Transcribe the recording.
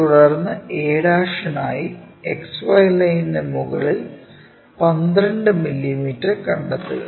തുടർന്ന് a നായി XY ലൈനിന് മുകളിൽ 12 മില്ലീമീറ്റർ കണ്ടെത്തുക